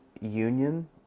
union